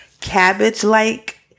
cabbage-like